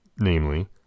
namely